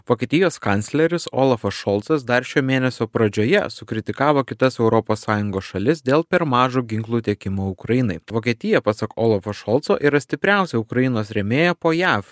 vokietijos kancleris olafas šolcas dar šio mėnesio pradžioje sukritikavo kitas europos sąjungos šalis dėl per mažo ginklų tiekimo ukrainai vokietija pasak olafo šolco yra stipriausia ukrainos rėmėja po jav